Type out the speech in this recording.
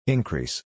Increase